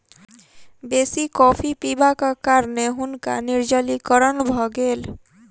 बेसी कॉफ़ी पिबाक कारणें हुनका निर्जलीकरण भ गेल